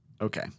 Okay